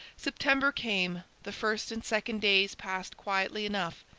september came. the first and second days passed quietly enough.